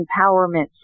empowerment